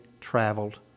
traveled